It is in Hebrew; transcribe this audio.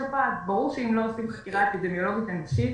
ברור שאם לא עושים חקירה אפידמיולוגית אנושית,